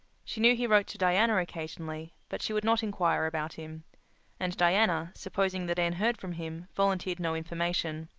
she knew he wrote to diana occasionally, but she would not inquire about him and diana, supposing that anne heard from him, volunteered no information.